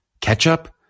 Ketchup